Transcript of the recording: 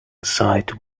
site